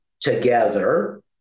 together